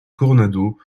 coronado